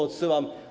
Odsyłam.